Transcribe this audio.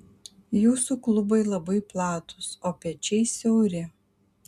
jūsų klubai labai platūs o pečiai siauri